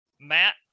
Matt